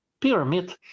pyramid